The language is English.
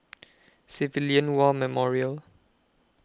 Civilian War Memorial